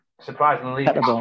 surprisingly